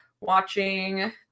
watching